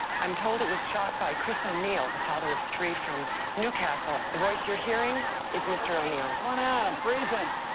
i'm told it was shot by chris o'neal the father of three from newcastle. the voice you're hearing is mr. o'neal's. come on out. i'm freezing.